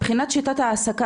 מבחינת שיטת העסקה,